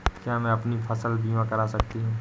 क्या मैं अपनी फसल बीमा करा सकती हूँ?